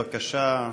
בבקשה,